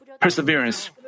perseverance